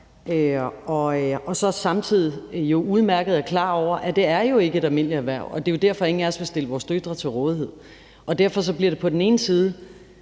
man så samtidig udmærket er klar over, at det ikke er et almindeligt erhverv, og det er jo derfor, at ingen af os vil stille vores døtre til rådighed for det. Derfor bliver det på den ene side